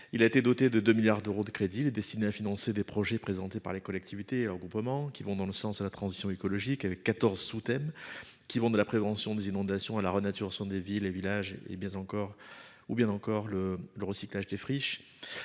Il a été doté de 2 milliards d'euros de crédits les destinées à financer des projets présentés par les collectivités regroupement qui vont dans le sens de la transition écologique avait 14 sous-thèmes qui vont de la prévention des inondations à la renaturation des villes et villages. Hé bien encore ou bien encore le le recyclage des friches.